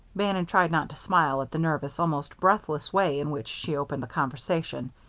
bannon tried not to smile at the nervous, almost breathless way in which she opened the conversation.